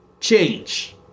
change